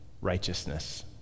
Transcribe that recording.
righteousness